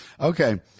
Okay